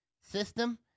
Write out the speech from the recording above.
system